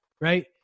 Right